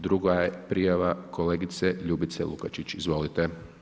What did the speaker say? Druga je prijava kolegice Ljubice Lukačić, izvolite.